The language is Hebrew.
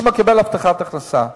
מי שמקבל הבטחת הכנסה.